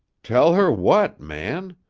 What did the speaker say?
tell her what, man?